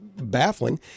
baffling